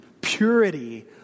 purity